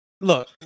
look